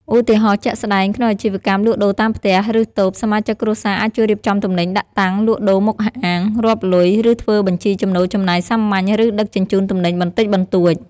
ឧទាហរណ៍ជាក់ស្ដែង ក្នុងអាជីវកម្មលក់ដូរតាមផ្ទះ ឬតូប សមាជិកគ្រួសារអាចជួយរៀបចំទំនិញដាក់តាំង លក់ដូរមុខហាង រាប់លុយ និងធ្វើបញ្ជីចំណូលចំណាយសាមញ្ញ ឬដឹកជញ្ជូនទំនិញបន្តិចបន្តួច។